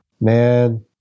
Man